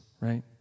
right